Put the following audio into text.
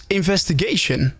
investigation